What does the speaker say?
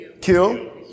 kill